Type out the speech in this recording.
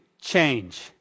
change